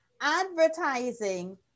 Advertising